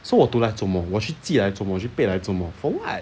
so 我读来做么我去记来做么我去背来做么 for [what]